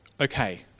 okay